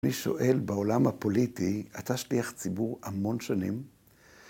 מי שואל בעולם הפוליטי, אתה שליח ציבור המון שנים?